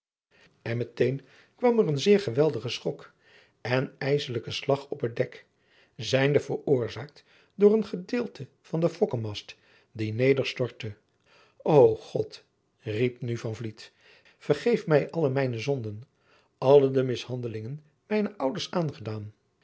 en meteen kwam er een zeer geweldige schok en ijsselijke slag op het dek zijnde veroorzaakt door een gedeelte van den fokkemast die nederstortte o god riep nu van vliet vergeef mij alle mijne zonden alle de mishandelingen mijnen ouders aangedaan